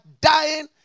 dying